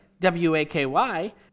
W-A-K-Y